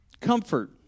comfort